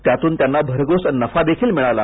त्यातून त्यांना भरघोस नफाही मिळाला